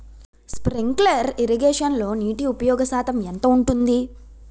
Sprinkler ఇరగేషన్లో నీటి ఉపయోగ శాతం ఎంత ఉంటుంది?